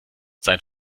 sein